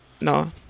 No